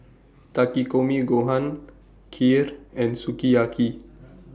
Takikomi Gohan Kheer and Sukiyaki